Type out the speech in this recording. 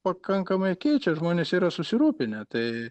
pakankamai keičia žmonės yra susirūpinę tai